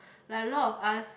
like a lot of us